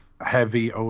heavy